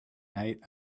night